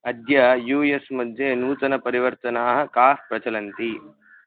अद्य U S मध्ये नूतनपरिवर्तनाः काः प्रचलन्ति